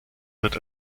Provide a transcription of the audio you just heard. wird